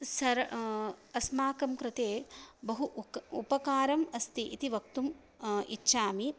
sir अस्माकं कृते बहु उक् उपकारम् अस्ति इति वक्तुम् इच्छामि